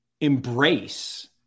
embrace